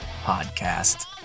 Podcast